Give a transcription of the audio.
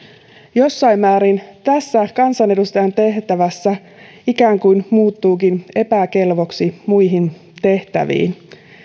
jossain määrin tässä kansanedustajan tehtävässä ikään kuin muuttuukin epäkelvoksi muihin tehtäviin